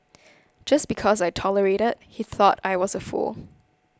just because I tolerated he thought I was a fool